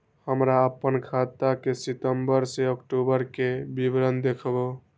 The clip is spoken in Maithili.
हमरा अपन खाता के सितम्बर से अक्टूबर के विवरण देखबु?